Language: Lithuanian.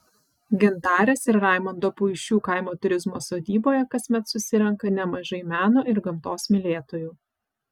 gintarės ir raimondo puišių kaimo turizmo sodyboje kasmet susirenka nemažai meno ir gamtos mylėtojų